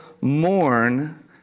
mourn